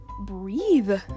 breathe